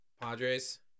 Padres